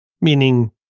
meaning